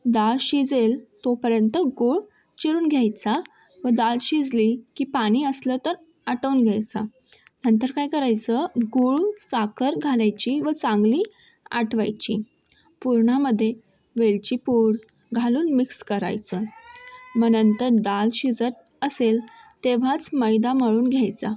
डाळ शिजेल तोपर्यंत गूळ चिरून घ्यायचा व डाळ शिजली की पाणी असेल तर आटवून घ्यायचा नंतर काय करायचं गूळ साखर घालायची व चांगली आटवायची पुरणामध्ये वेलची पूड घालून मिक्स करायचं मग नंतर डाळ शिजत असेल तेव्हाच मैदा मळून घ्यायचा